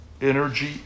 energy